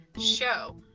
show